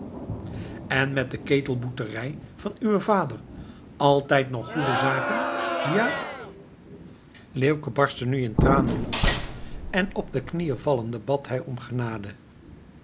en met de ketelboeterij van uwen vader altijd nog goede zaken ja leeuwke barstte nu in tranen los en op de knieën vallende bad hij om genade